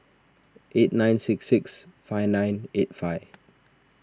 eight nine six six five nine eight five